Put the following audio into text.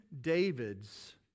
David's